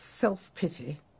self-pity